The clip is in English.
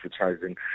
advertising